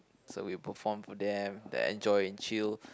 so we perform for them they enjoy and chill